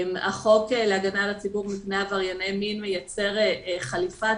החוק להגנה על הציבור מפני עברייני מין מייצר חליפת